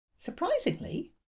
Surprisingly